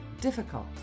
difficult